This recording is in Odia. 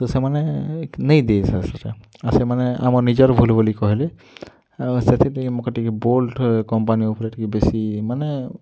ତ ସେମାନେ ନାଇଁଦେଇ ସାର୍ ସେଟା ଆର୍ ସେମାନେ ଆମ ନିଜର୍ ଭୁଲ୍ ବୋଲି କହିଲେ ଆଉ ସେଥିଲାଗି ମୁଁ ଟିକେ ବୋଲ୍ଟ କମ୍ପାନୀ ଉପରେ ଟିକେ ବେଶି ମାନେ